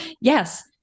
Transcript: Yes